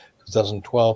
2012